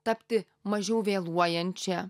tapti mažiau vėluojančia